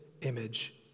image